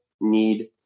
need